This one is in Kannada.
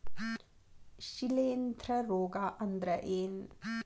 ಶಿಲೇಂಧ್ರ ರೋಗಾ ಅಂದ್ರ ಏನ್?